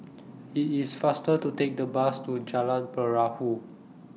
IT IS faster to Take The Bus to Jalan Perahu